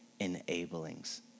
enablings